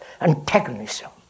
antagonism